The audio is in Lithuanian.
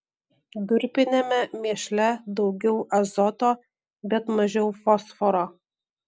durpiniame mėšle daugiau azoto bet mažiau fosforo